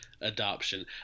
adoption